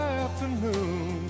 afternoon